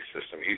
system